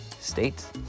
states